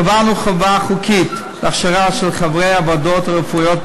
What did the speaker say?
קבענו חובה חוקית להכשרה של חברי הוועדות הרפואיות,